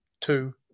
two